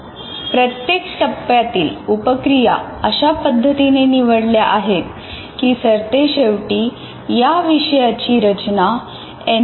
प्रत्येक टप्प्यातील उपक्रिया अशा पद्धतीने निवडल्या आहेत की सरते शेवटी या विषयाची रचना एन